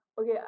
Okay